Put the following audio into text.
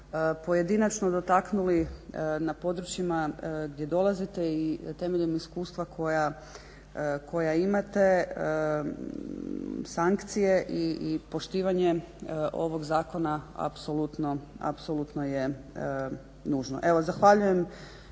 pojedinačno dotaknuli na područjima gdje dolazite i temeljem iskustva koja imate, sankcije i poštivanje ovog zakona apsolutno je nužno.